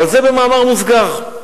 אבל זה במאמר מוסגר.